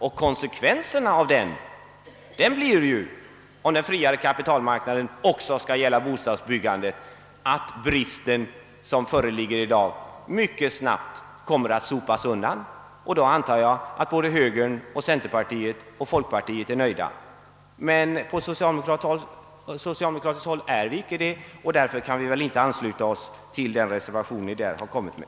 Om en friare kapitalmarknad också skall gälla bostadsbyggandet, blir konsekvensen att den brist som i dag föreligger mycket snabbt kommer att sopas undan. Jag antar att såväl högern som centerpartiet och folkpartiet då är nöjda. Inom det socialdemokratiska partiet är vi emellertid inte nöjda och därför kan vi inte ansluta oss till den reservation som ni här kommit med.